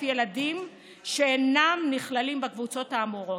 ילדים שאינם נכללים בקבוצות האמורות.